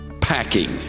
packing